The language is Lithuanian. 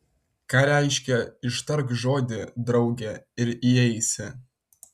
ką reiškia ištark žodį drauge ir įeisi